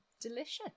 delicious